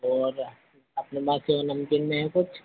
और अपने पास ये नमकीन में है कुछ